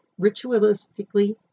ritualistically